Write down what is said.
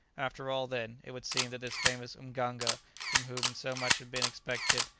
after all, then, it would seem that this famous mganga from whom so much had been expected,